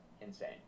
insane